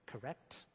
correct